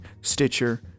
Stitcher